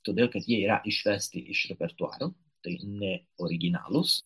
todėl kad jie yra išvesti iš repertuaro tai ne originalūs